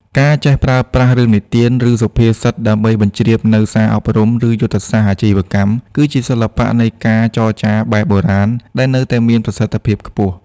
ការចេះប្រើប្រាស់ "រឿងនិទាន ឬសុភាសិត" ដើម្បីបញ្ជ្រាបនូវសារអប់រំ ឬយុទ្ធសាស្ត្រអាជីវកម្ម គឺជាសិល្បៈនៃការចរចាបែបបុរាណដែលនៅតែមានប្រសិទ្ធភាពខ្ពស់។